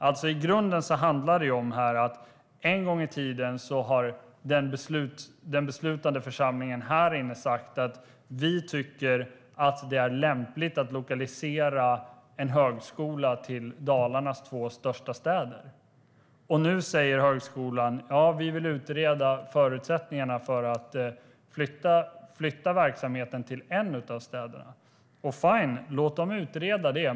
I grunden handlar det alltså om att den beslutande församlingen här inne en gång i tiden har sagt: Vi tycker att det är lämpligt att lokalisera en högskola till Dalarnas två största städer. Nu säger högskolan: Vi vill utreda förutsättningarna för att flytta verksamhet till en av städerna. Fine, låt högskolan utreda det.